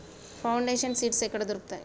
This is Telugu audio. ఫౌండేషన్ సీడ్స్ ఎక్కడ దొరుకుతాయి?